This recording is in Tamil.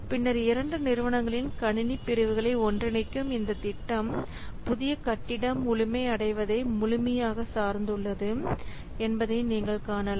பின்னர் இரண்டு நிறுவனங்களின் கணினி பிரிவுகளை ஒன்றிணைக்கும் இந்த திட்டம் புதிய கட்டிடம் முழுமை அடைவதை முழுமையாக சார்ந்துள்ளது என்பதை நீங்கள் காணலாம்